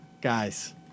Guys